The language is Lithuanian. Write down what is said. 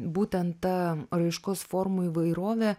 būtent ta raiškos formų įvairovė